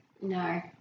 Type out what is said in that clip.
no